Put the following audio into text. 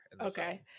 okay